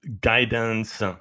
guidance